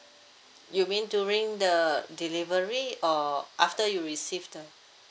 you mean during the delivery or after you receive the